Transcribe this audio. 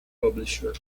publisher